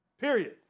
period